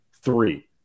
three